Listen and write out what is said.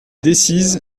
decize